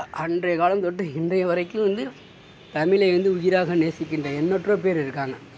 அன்றைய காலம் தொட்டு இன்றைய வரைக்கும் வந்து தமிழை வந்து உயிராக நேசிக்கின்ற எண் அற்ற பேர் இருக்காங்கள்